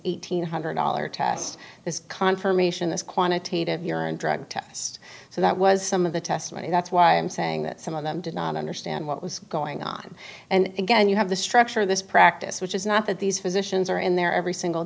nine hundred dollar test this confirmation this quantitative urine drug test so that was some of the testimony that's why i'm saying that some of them did not understand what was going on and again you have the structure of this practice which is not that these physicians are in there every single